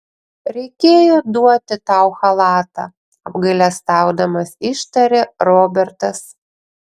reikėjo duoti tau chalatą apgailestaudamas ištarė robertas